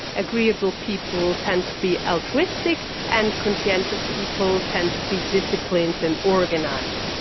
agreeable people tend to be altruistic, and conscientious people tend to be disciplined and organised.